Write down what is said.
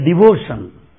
devotion